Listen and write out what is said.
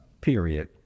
period